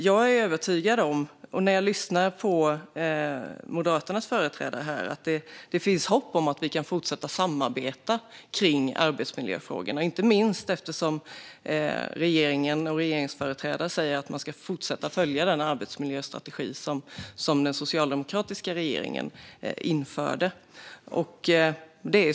Jag är övertygad om, också när jag lyssnar på Moderaternas företrädare här, att det finns hopp om att vi kan fortsätta att samarbeta i arbetsmiljöfrågorna, inte minst eftersom regeringen och regeringsföreträdare säger att man ska fortsätta att följa den arbetsmiljöstrategi som den socialdemokratiska regeringen införde.